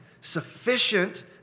sufficient